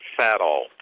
settle